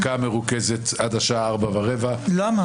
-- תהיה הנמקה מרוכזת עד השעה 04:15. למה?